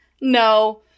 no